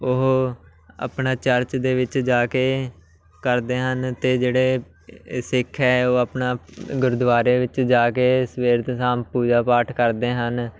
ਉਹ ਆਪਣਾ ਚਰਚ ਦੇ ਵਿੱਚ ਜਾ ਕੇ ਕਰਦੇ ਹਨ ਅਤੇ ਜਿਹੜੇ ਸਿੱਖ ਹੈ ਉਹ ਆਪਣਾ ਗੁਰਦੁਆਰੇ ਵਿੱਚ ਜਾ ਕੇ ਸਵੇਰ ਅਤੇ ਸ਼ਾਮ ਪੂਜਾ ਪਾਠ ਕਰਦੇ ਹਨ